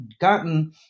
gotten